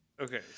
Okay